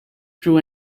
drew